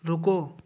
रुको